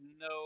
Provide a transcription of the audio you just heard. no